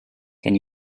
can